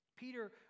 Peter